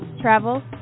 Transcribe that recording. travel